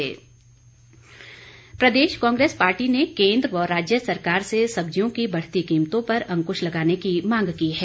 कीमत प्रदेश कांग्रेस पार्टी ने केंद्र व राज्य सरकार से सब्जियों की बढ़ती कीमतों पर अंकुश लगाने की मांग की है